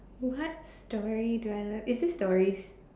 what story do I love is this stories